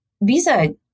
Visa